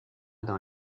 dans